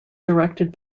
directed